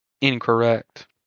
incorrect